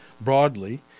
broadly